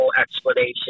explanation